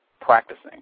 practicing